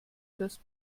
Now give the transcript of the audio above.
das